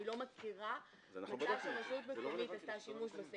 אני לא מכירה מצב שרשות מקומית עושה שימוש בסעיף